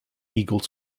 eagle